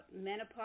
menopause